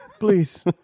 Please